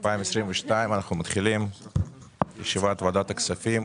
אני פותח את ישיבת ועדת הכספים.